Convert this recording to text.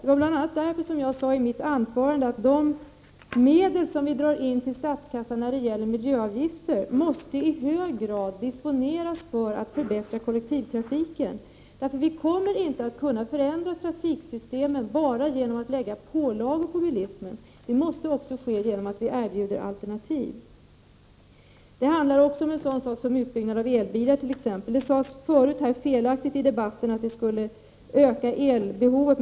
Det var bl.a. därför som jag i mitt anförande sade att de medel som vi drar in till statskassan i form av miljöavgifter i hög grad måste disponeras för att förbättra kollektivtrafiken. Vi kommer nämligen inte att kunna förändra trafiksystemen bara genom att lägga pålagor på bilismen. Det måste också ske genom att vi erbjuder alternativ. Det handlar t.ex. också om ökad användning av elbilar. Det sades tidigare felaktigt i debatten att elbilar skulle öka elbehovet.